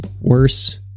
worse